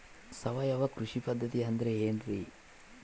ಸಾವಯವ ಕೃಷಿ ಪದ್ಧತಿ ಅಂದ್ರೆ ಏನ್ರಿ?